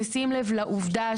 בשים לב לעובדה,